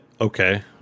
okay